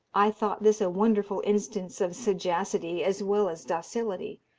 i thought this a wonderful instance of sagacity as well as docility,